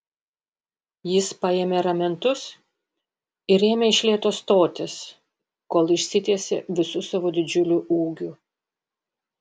jis paėmė ramentus ir ėmė iš lėto stotis kol išsitiesė visu savo didžiuliu ūgiu